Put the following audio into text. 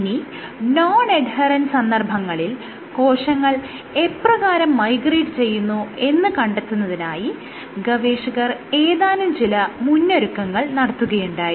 ഇനി non adherent സന്ദർഭങ്ങളിൽ കോശങ്ങൾ എപ്രകാരം മൈഗ്രേറ്റ് ചെയ്യുന്നു എന്ന് കണ്ടെത്തുന്നതിനായി ഗവേഷകർ ഏതാനും ചില മുന്നൊരുക്കങ്ങൾ നടത്തുകയുണ്ടായി